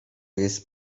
jest